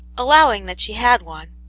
allowing that she had one,